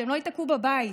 שהם לא ייתקעו בבית.